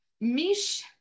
Mish